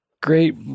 great